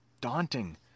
daunting